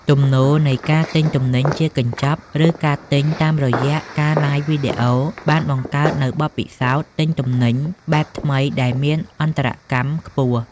ទំនោរនៃការទិញទំនិញជាកញ្ចប់ ឬការទិញតាមរយៈការឡាយវីដេអូ បានបង្កើតនូវបទពិសោធន៍ទិញទំនិញបែបថ្មីដែលមានអន្តរកម្មខ្ពស់។